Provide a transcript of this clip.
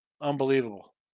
Unbelievable